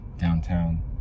downtown